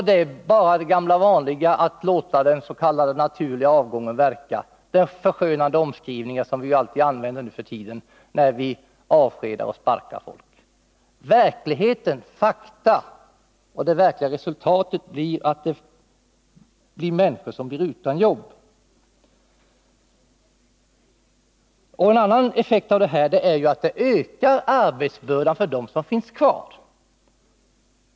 Det är bara det gamla vanliga, att låta den s.k. naturliga avgången verka — denna förskönande omskrivning som vi alltid använder nu för tiden när vi avskedar och sparkar folk. Fakta är och resultatet blir att människor blir utan jobb. En annan effekt av detta är att det ökar arbetsbördan för dem som finns kvar.